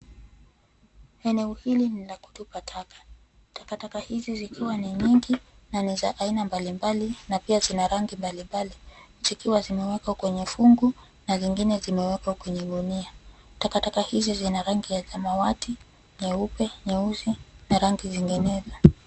Eneo hili ni la kutupa taka. Takataka hizi zikiwa ni nyingi na ni za aina mbalimbali na pia zina rangi mbalimbali zikiwa zimewekwa kwenye fungu na zingine zimewekwa kwenye gunia. Takataka hizo zina rangi ya samawati ,nyeupe, nyeusi na rangi zinginezo.